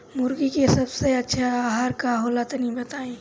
मुर्गी के सबसे अच्छा आहार का होला तनी बताई?